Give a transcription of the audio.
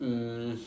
um